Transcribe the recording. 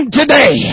today